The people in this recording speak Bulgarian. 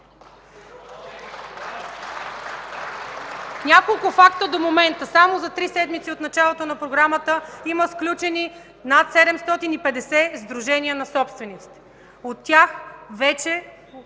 Няколко факта до момента: Само за три седмици от началото на програмата има включени над 750 сдружения на собствениците. По